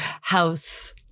house